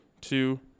two